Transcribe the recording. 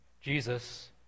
Jesus